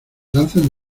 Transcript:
lanzan